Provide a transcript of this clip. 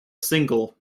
single